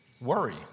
worry